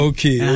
Okay